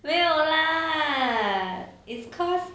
没有 lah it's cause